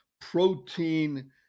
protein